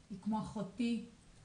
היא כמו אחותי --- רגע,